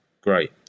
great